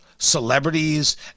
celebrities